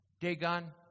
Dagon